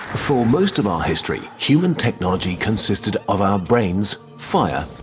for most of our history, human technology consisted of our brains, fire,